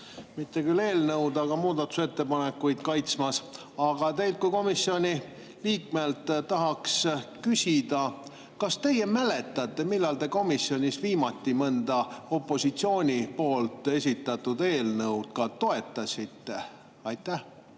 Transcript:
mitte küll eelnõu, aga muudatusettepanekuid kaitsmas. Teilt kui komisjoni liikmelt tahan küsida: kas teie mäletate, millal te komisjonis viimati mõnda opositsiooni esitatud eelnõu toetasite? Aitäh!